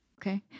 okay